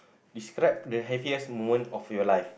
describe the happiest moment of your life